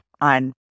on